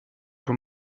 pour